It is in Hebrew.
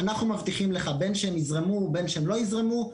אנחנו מבטיחים לך בין שהם יזרמו בין שהם לא יזרמו,